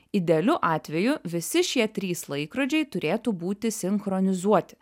idealiu atveju visi šie trys laikrodžiai turėtų būti sinchronizuoti